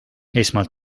esmalt